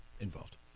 involved